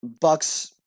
Bucks